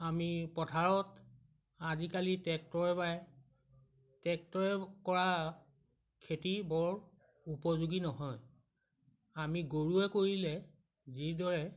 আমি পথাৰত আজিকালি টেক্টৰে বায় টেক্টৰে কৰা খেতি বৰ উপযোগী নহয় আমি গৰুৱে কৰিলে যিদৰে